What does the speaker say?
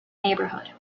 neighborhood